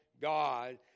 God